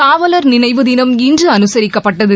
காவலர் நினைவு தினம் இன்று அனுசரிக்கப்பட்டது